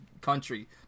country